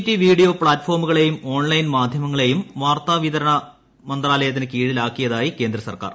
T video പ്ലാറ്റ്ഷ്ട്രോമുകളെയും online മാധ്യമങ്ങ ളെയും വാർത്താ വിതരണ് മ്ന്ത്രാലയത്തിന് കീഴിലാക്കിയതായി കേന്ദ്ര സർക്കാർ